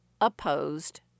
opposed